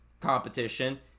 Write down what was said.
competition